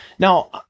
Now